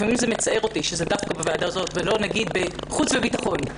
לפעמים מצער אותי שזה דווקא בוועדה הזאת ולא למשל בוועדת החוץ והביטחון,